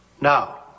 Now